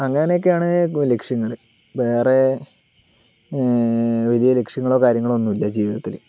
അങ്ങനെയൊക്കെയാണ് ലക്ഷ്യങ്ങൾ വേറെ വലിയ ലക്ഷ്യങ്ങളോ കാര്യങ്ങളോ ഒന്നുമില്ല ജീവിതത്തിൽ